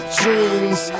dreams